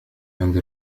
عند